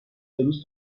روز